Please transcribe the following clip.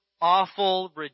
awful